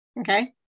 Okay